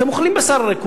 אתם אוכלים בשר הרי.